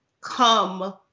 come